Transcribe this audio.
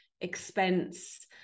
expense